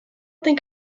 think